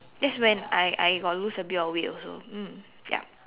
that's when I I got lose a bit of weight also mm ya